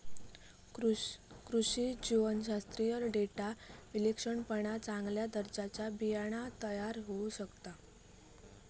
कृषी जीवशास्त्रातील डेटा विश्लेषणामुळे चांगल्या दर्जाचा बियाणा तयार होऊ शकता